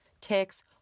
ticks